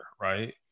Right